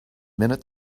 minute